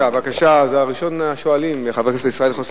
בבקשה, ראשון השואלים, חבר הכנסת ישראל חסון.